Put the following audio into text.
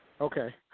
Okay